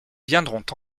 viendront